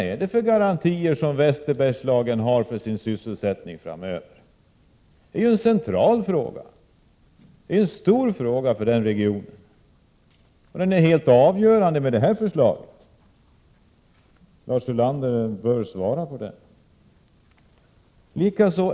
Vilka garantier har Västerbergslagen för sysselsättningen framöver? Det är en central och helt avgörande fråga för regionen. Lars Ulander bör svara på den.